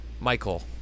Michael